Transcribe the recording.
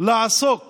לעסוק